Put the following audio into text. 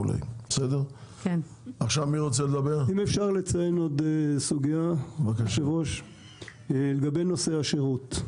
אם אפשר לציין עוד סוגיה, לגבי נושא השירות.